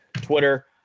Twitter